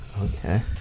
Okay